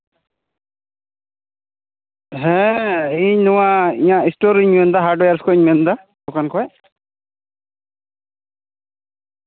ᱦᱮᱸ ᱤᱧ ᱱᱚᱣᱟ ᱤᱧᱟᱹᱜ ᱮᱥᱴᱳᱨᱮᱧ ᱢᱮᱱᱫᱟ ᱦᱟᱨᱰᱚᱭᱟᱨᱥ ᱠᱷᱚᱱᱤᱧ ᱢᱮᱱᱫᱟ ᱫᱚᱠᱟᱱ ᱠᱷᱚᱡ